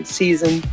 season